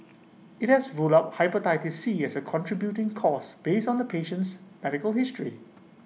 IT has rule out Hepatitis C as A contributing cause based on the patient's medical history